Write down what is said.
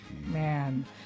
Man